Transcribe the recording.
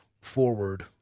forward